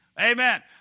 Amen